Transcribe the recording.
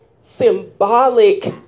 symbolic